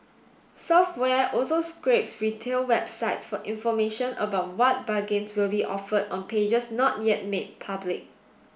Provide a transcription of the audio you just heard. software also scrapes retail websites for information about what bargains will be offered on pages not yet made public